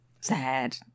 sad